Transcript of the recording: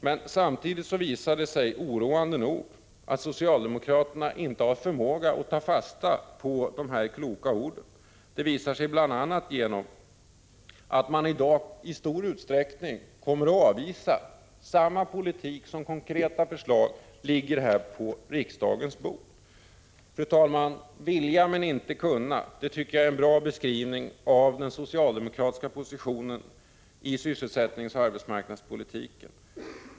Men samtidigt visar det sig —- oroande nog — att socialdemokraterna inte har förmåga att ta fasta på de kloka ord som sagts. I dag kommer man nämligen i stor utsträckning att avvisa samma politik som den som föreligger i form av konkreta förslag på riksdagens bord. ”Att vilja men inte kunna” är ett uttryck som ger en bra beskrivning av den socialdemokratiska positionen i sysselsättningsoch arbetsmarknadspoliti ken.